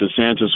DeSantis